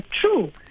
true